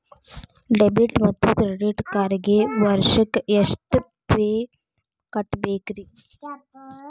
Debit ಮತ್ತು credit ಕಾರ್ಡ್ಗೆ ವರ್ಷಕ್ಕ ಎಷ್ಟ ಫೇ ಕಟ್ಟಬೇಕ್ರಿ?